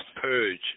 purge